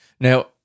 Now